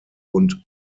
und